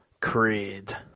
Creed